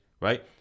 Right